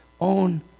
own